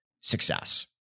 success